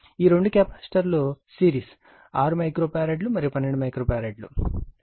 ఈ రెండు కెపాసిటర్లు సిరీస్ 6 మైక్రో ఫారడ్ మరియు 12 మైక్రోఫారడ్ ఉన్నాయి